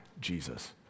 Jesus